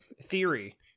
theory